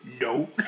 No